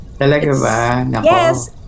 yes